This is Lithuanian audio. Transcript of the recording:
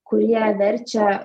kurie verčia